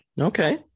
Okay